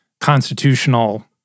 constitutional